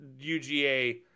UGA